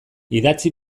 idatzi